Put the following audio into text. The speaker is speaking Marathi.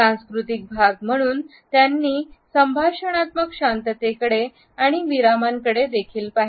सांस्कृतिक भाग म्हणून त्यांनी संभाषणात्मक शांततेकडे आणि विरामांकडे देखील पाहिले